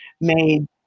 made